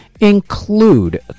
include